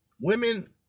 women